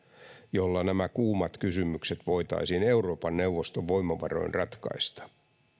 joilla nämä kuumat kysymykset voitaisiin euroopan neuvoston voimavaroin ratkaista